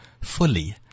fully